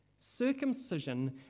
circumcision